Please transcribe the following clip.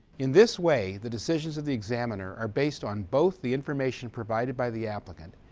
in this way, the decisions of the examiner are based on both the information provided by the applicant,